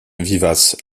vivace